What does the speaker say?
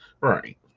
Right